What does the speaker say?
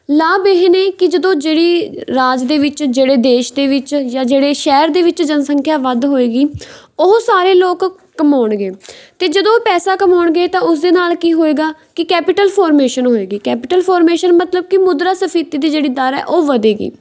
ਲਾਭ ਇਹ ਨੇ ਕਿ ਜਦੋਂ ਜਿਹੜੀ ਰਾਜ ਦੇ ਵਿੱਚ ਜਿਹੜੇ ਦੇਸ਼ ਦੇ ਵਿੱਚ ਜਾਂ ਜਿਹੜੇ ਸ਼ਹਿਰ ਦੇ ਵਿੱਚ ਜਨਸੰਖਿਆ ਵੱਧ ਹੋਵੇਗੀ ਉਹ ਸਾਰੇ ਲੋਕ ਕਮਾਉਣਗੇ ਅਤੇ ਜਦੋਂ ਪੈਸਾ ਕਮਾਉਣਗੇ ਤਾਂ ਉਸ ਦੇ ਨਾਲ ਕੀ ਹੋਵੇਗਾ ਕਿ ਕੈਪੀਟਲ ਫੋਰਮੇਸ਼ਨ ਹੋਵੇਗੀ ਫੋਰਮੇਸ਼ਨ ਮਤਲਬ ਕੀ ਮੁਦਰਾ ਸਫੀਤੀ ਦੀ ਜਿਹੜੀ ਦਰ ਹੈ ਉਹ ਵਧੇਗੀ